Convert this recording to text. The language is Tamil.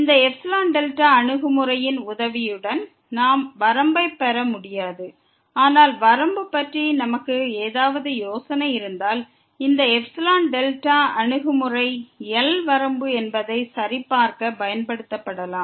இந்த εδ அணுகுமுறையின் உதவியுடன் நாம் வரம்பைப் பெற முடியாது ஆனால் வரம்பு பற்றி நமக்கு ஏதாவது யோசனை இருந்தால் இந்த εδ அணுகுமுறை L வரம்பு என்பதை சரிபார்க்க பயன்படுத்தப்படலாம்